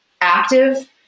active